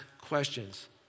questions